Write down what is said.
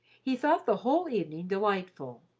he thought the whole evening delightful.